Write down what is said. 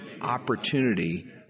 opportunity